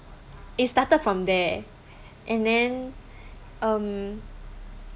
it started from there and then um